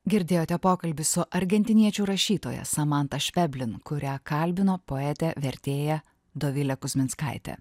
girdėjote pokalbį su argentiniečių rašytoja samanta šveblin kurią kalbino poetė vertėja dovilė kuzminskaitė